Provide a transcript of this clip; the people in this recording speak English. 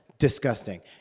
Disgusting